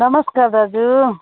नमस्कार दाजु